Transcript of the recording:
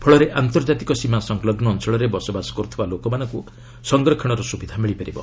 ଫଳରେ ଆନ୍ତର୍ଜାତିକ ସୀମା ସଂଲଗୁ ଅଞ୍ଚଳରେ ବସବାସ କରୁଥିବା ଲୋକମାନଙ୍କୁ ସଂରକ୍ଷଣର ସୁବିଧା ମିଳିବ